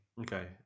Okay